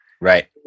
Right